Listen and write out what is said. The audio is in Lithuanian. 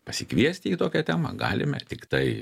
pasikviesti į tokią temą galime tiktai